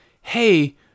Hey